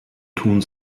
tun